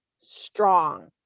strong